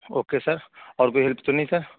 okay sir اور کوئی help تو نہیں سر